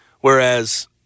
whereas—